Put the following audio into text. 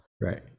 Right